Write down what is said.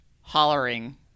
hollering